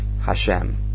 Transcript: Hashem